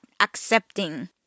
accepting